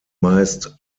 meist